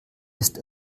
ist